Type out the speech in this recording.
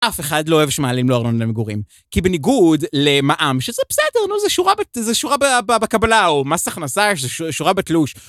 אף אחד לא אוהב שמעלים לו ארנונה למגורים. כי בניגוד למעם, שזה בסדר, זה שורה בקבלה, או מס הכנסה, שורה בתלוש.